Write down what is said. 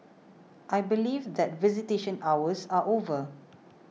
I believe that visitation hours are over